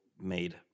made